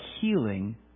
healing